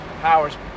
Powers